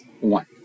one